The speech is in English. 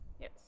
Yes